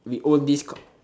we own this